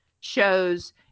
shows